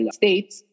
states